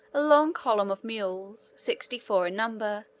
a long column of mules, sixty-four in number,